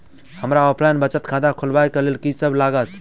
हमरा ऑफलाइन बचत खाता खोलाबै केँ लेल की सब लागत?